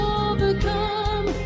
overcome